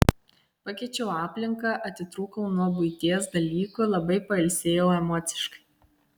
pakeičiau aplinką atitrūkau nuo buities dalykų labai pailsėjau emociškai